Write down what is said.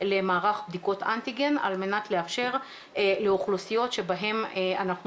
למערך בדיקות אנטיגן על מנת לאפשר לאוכלוסיות שבהן אנחנו